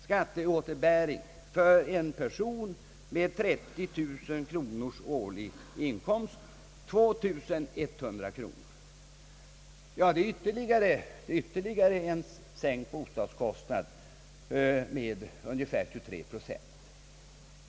Skatteåterbäringen blir för en person med 30 000 kronors årlig inkomst 2 100 kronor — där har vi ytterligare en sänkt bostadskostnad med ungefär 23 procent.